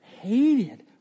hated